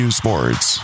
sports